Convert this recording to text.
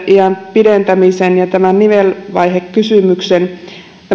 pidentämisen ja nivelvaihekysymyksen